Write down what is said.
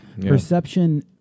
perception